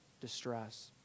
distress